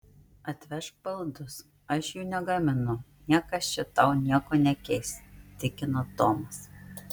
atvežk baldus aš jų negaminu niekas čia tau nieko nekeis tikino tomas